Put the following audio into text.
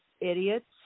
idiots